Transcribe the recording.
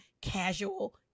casual